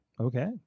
okay